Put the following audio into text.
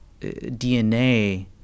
DNA